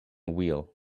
wheel